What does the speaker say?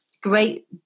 great